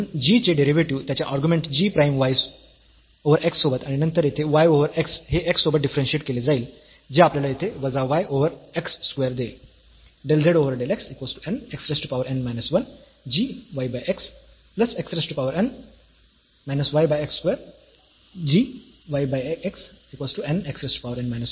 म्हणून g चे derivative त्याच्या argument g prime y over x सोबत आणि नंतर येथे y ओव्हर x हे x सोबत डिफरन्शियेट केले जाईल जे आपल्याला येथे वजा y ओव्हर x स्क्वेअर देईल